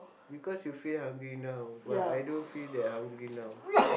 because you feel hungry now but I don't feel that hungry now